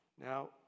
Now